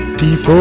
deep